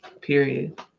Period